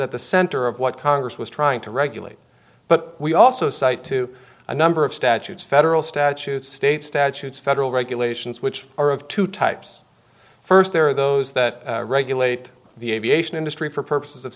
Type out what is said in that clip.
at the center of what congress was trying to regulate but we also cite to a number of statutes federal statutes state statutes federal regulations which are of two types first there are those that regulate the aviation industry for purposes of